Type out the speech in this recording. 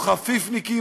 או חפיפניקים,